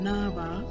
Nava